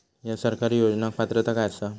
हया सरकारी योजनाक पात्रता काय आसा?